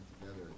together